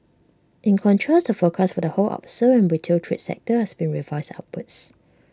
in contrast the forecast for the wholesale and retail trade sector has been revised upwards